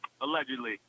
allegedly